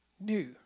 new